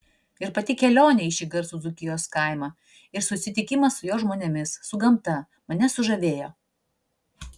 ir pati kelionė į šį garsų dzūkijos kaimą ir susitikimas su jo žmonėmis su gamta mane sužavėjo